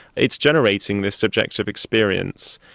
it's generating this subjective experience.